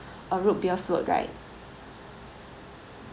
uh root beer float right